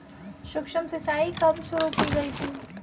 सूक्ष्म सिंचाई कब शुरू की गई थी?